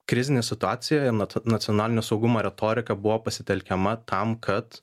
krizinėj situacijoje nat nacionalinio saugumo retorika buvo pasitelkiama tam kad